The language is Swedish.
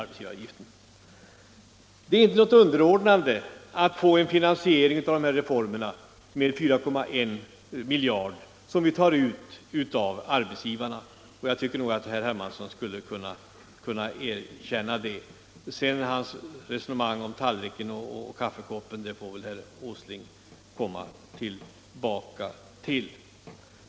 Det är i varje fall inte fråga om något underordnande när vi har fått till stånd en finansiering av skattereformen med 4,1 miljarder, som vi tar ut av arbetsgivarna, och det tycker jag nog att herr Hermansson skulle kunna erkänna. Hans resonemang om tallriken och kaffekoppen får väl herr Åsling komma tillbaka till.